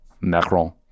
Macron